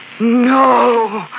No